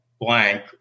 blank